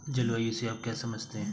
जलवायु से आप क्या समझते हैं?